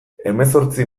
hemezortzi